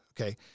Okay